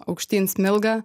aukštyn smilga